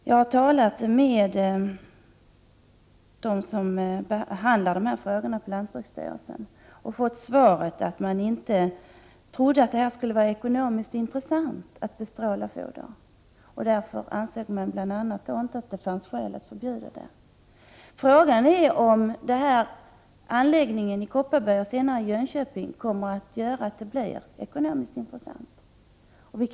Jag har talat med de personer på lantbruksstyrelsen som behandlar dessa frågor och fått svaret att de trodde att det inte skulle vara ekonomiskt intressant att bestråla foder och att de därför inte ansåg att det fanns anledning att förbjuda det. Frågan är om anläggningen i Kopparberg och anläggningen i Jönköping kommer att leda till att det blir ekonomiskt intressant.